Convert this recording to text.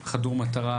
אתה חדור מטרה.